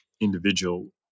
individual